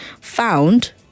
found